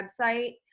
website